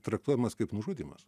traktuojamas kaip nužudymas